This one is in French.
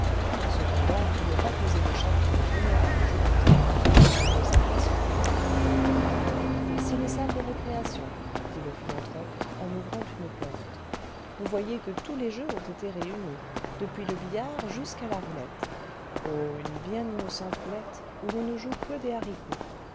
cependant pour ne pas causer de chagrin au vénérable directeur elle n'osa pas se plaindre voici les salles cle récréation dit le philanthrope en ouvrant une porte vous voyez que tous les jeux ont été réunis depuis le billard jusqu'à laroulette oh une bien innocente roulette où l'on ne joue que des haricots